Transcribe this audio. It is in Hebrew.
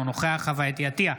אינו נוכח חוה אתי עטייה,